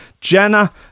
Jenna